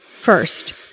first